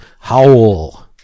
Howl